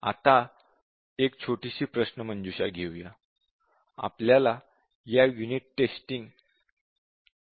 आता एक छोटीशी प्रश्नमंजुषा घेऊ या